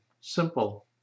simple